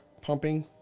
pumping